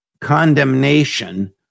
condemnation